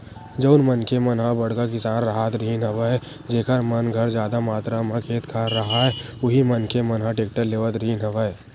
जउन मनखे मन ह बड़का किसान राहत रिहिन हवय जेखर मन घर जादा मातरा म खेत खार राहय उही मनखे मन ह टेक्टर लेवत रिहिन हवय